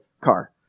car